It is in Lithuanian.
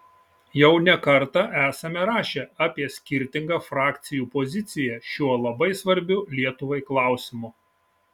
jau ne kartą esame rašę apie skirtingą frakcijų poziciją šiuo labai svarbiu lietuvai klausimu